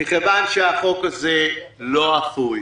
מכיוון שהחוק הזה לא אפוי,